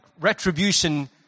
retribution